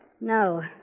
No